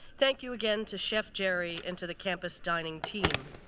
thank you again to chef jerry and to the campus dining team.